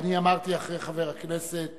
חבר הכנסת